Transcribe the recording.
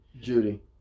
Judy